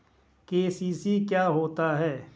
KCC क्या होता है?